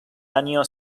año